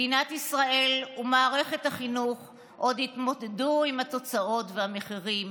מדינת ישראל ומערכת החינוך עוד יתמודדו עם התוצאות והמחירים,